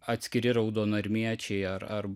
atskiri raudonarmiečiai ar ar